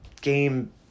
game